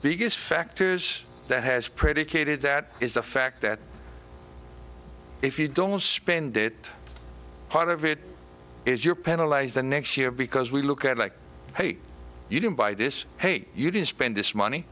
biggest factors that has predicated that is the fact that if you don't spend it part of it is your penalize the next year because we look at like hey you didn't buy this hate you didn't spend this money